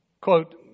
Quote